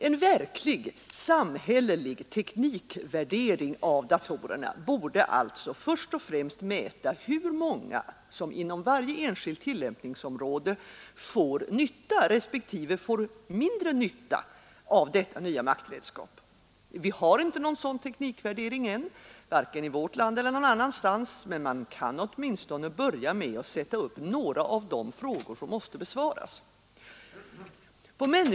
En verklig, samhällelig teknikvärdering av datorerna borde först och främst försöka mäta hur många som inom varje enskilt tillämpningsområde får nytta respektive får mindre nytta av detta nya maktredskap. Vi har inte en sådan teknikvärdering än, vare sig i vårt land eller någon annanstans. Men man kan åtminstone börja med att sätta upp några av de frågor som måste besvaras.